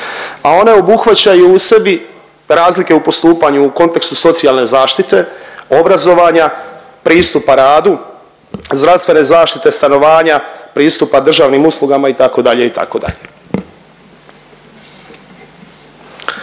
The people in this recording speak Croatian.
a one obuhvaćaju u sebi razlike u postupanju u kontekstu socijalne zaštite, obrazovanja, pristupa radu, zdravstvene zaštite, stanovanja, pristupa državnim uslugama itd.,